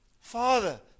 father